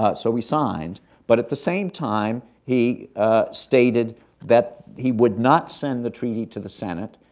ah so we signed but at the same time, he stated that he would not send the treaty to the senate,